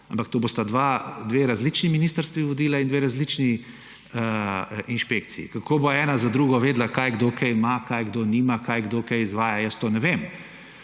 Ampak to bosta dve različni ministrstvi vodili in dve različni inšpekciji. Kako bo ena za drugo vedela, kdo kaj ima, česa kdo nima, kdo kaj izvaja; jaz tega ne vem.